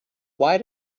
why